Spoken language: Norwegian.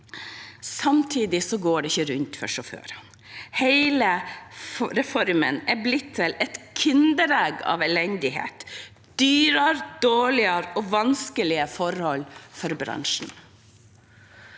Samtidig går det ikke rundt for sjåførene. Hele reformen er blitt til et kinderegg av elendighet – dyrere, dårligere og vanskeligere forhold for bransjen.